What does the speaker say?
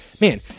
man